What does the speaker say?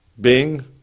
Bing